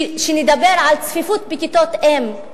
שנדבר על צפיפות בכיתות-אם,